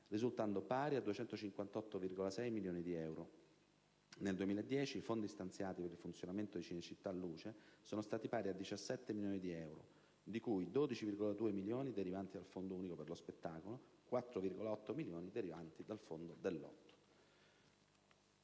risultando pari a 258,6 milioni di euro. Nel 2010 i fondi stanziati per il funzionamento di Cinecittà Luce sono stati pari a 17 milioni di euro, di cui 12,2 milioni derivanti dal Fondo unico per lo spettacolo (FUS) e 4,8 milioni derivanti dai fondi del Lotto.